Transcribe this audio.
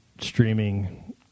streaming